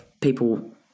people